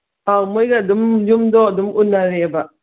ꯑꯥ ꯃꯣꯏꯒ ꯑꯗꯨꯝ ꯌꯨꯝꯗꯣ ꯑꯗꯨꯝ ꯎꯅꯔꯦꯕ